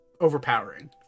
overpowering